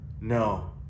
No